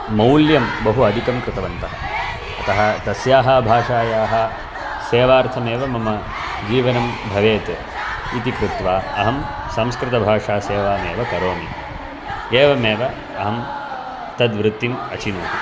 मौल्यं बहु अधिकं कृतवन्तः अतः तस्याः भाषायाः सेवार्थमेव मम जीवनं भवेत् इति कृत्वा अहं संस्कृतभाषासेवामेव करोमि एवमेव अहं तद्वृत्तिम् अचिनोः